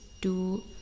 two